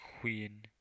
Queen